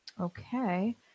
Okay